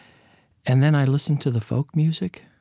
and then i listen to the folk music,